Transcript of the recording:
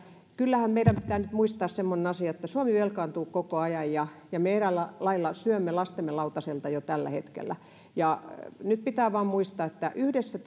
kyllähän meidän pitää nyt muistaa semmoinen asia että suomi velkaantuu koko ajan ja ja me eräällä lailla syömme lastemme lautasilta jo tällä hetkellä nyt pitää vain muistaa että yhdessä